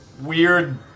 weird